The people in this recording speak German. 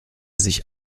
sich